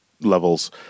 levels